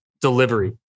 delivery